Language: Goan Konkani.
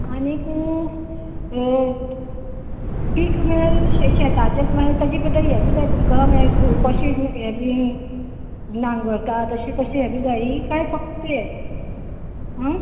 आनीक पीक म्हळ्यार शे शेताचेंच म्हळ्यार ताचे बद्दल हें बी जाय तुमकां म्हळ्यार कशें यें बीन नांगरता तशें तशें यें बी जायी काय फक्त यें आं